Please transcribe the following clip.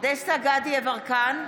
דסטה גדי יברקן,